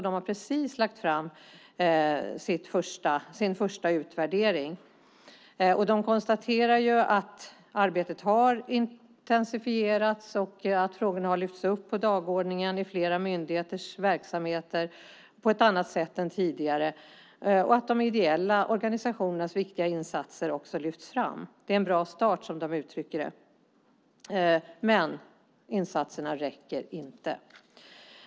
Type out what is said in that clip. De har precis lagt fram sin första utvärdering. De konstaterar att arbetet har intensifierats, att frågorna har lyfts upp på dagordningen i flera myndigheters verksamheter på ett annat sätt än tidigare och att de ideella organisationernas viktiga insatser lyfts fram. Det är en bra start, som de uttrycker det. Men insatserna räcker inte.